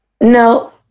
No